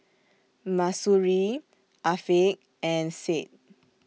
Mahsuri Afiq and Said